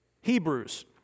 Hebrews